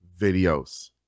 videos